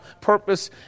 purpose